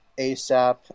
ASAP